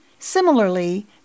Similarly